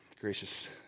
Gracious